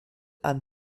and